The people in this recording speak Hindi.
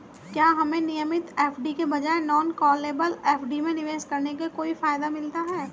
क्या हमें नियमित एफ.डी के बजाय नॉन कॉलेबल एफ.डी में निवेश करने का कोई फायदा मिलता है?